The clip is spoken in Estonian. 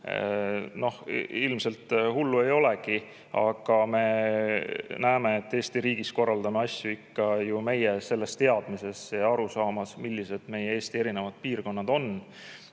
– ilmselt hullu ei olegi, aga me näeme, et Eesti riigis korraldame me asju ikka ju selles teadmises ja arusaamas, millised meie, Eesti eri piirkonnad on,